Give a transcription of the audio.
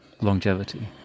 longevity